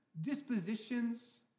dispositions